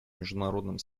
международным